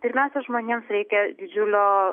pirmiausia žmonėms reikia didžiulio